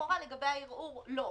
שלכאורה לגבי הערעור לא.